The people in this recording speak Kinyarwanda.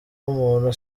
umuntu